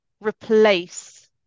replace